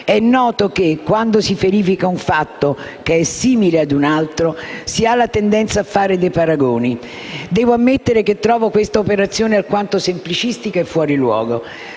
È noto che quando si verifica un fatto simile ad un altro si ha la tendenza a fare dei paragoni. Devo ammettere che trovo questa operazione alquanto semplicistica e fuori luogo.